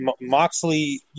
Moxley